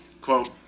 quote